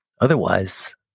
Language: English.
otherwise